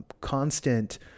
Constant